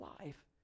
life